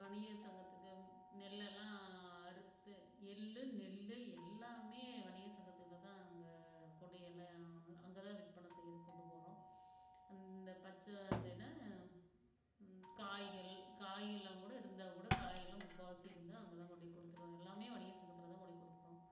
வணிக சங்கத்துக்கு நெல் எல்லாம் அறுத்து எள் நெல் எல்லாமே வணிகர் சங்கத்துக்கிட்ட தான் அங்கே கொண்டு எல்லாம் அங்கே அங்கே தான் விற்பனை செய்கிறதுக்கு கொண்டு போகிறோம் அந்த பச்சை அந்த என்ன காய்கள் காய்கள்லாம் கூட இருந்தால் கூட காய் எல்லாம் முக்கால்வாசி இருந்தால் அங்கே தான் கொண்டு குடுத்துருவோம் வர எல்லாமே வணிகர் சங்கத்தில் தான் கொண்டு கொடுப்போம்